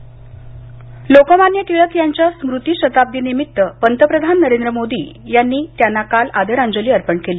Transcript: टिळक लोकमान्य टिळक यांच्या स्मृती शताब्दीनिमित्त पंतप्रधान नरेंद्र मोदी यांनी त्यांना काल आदरांजली अर्पण केली